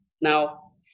Now